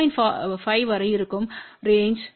5 வரை இருக்கும் ரேன்ஜ்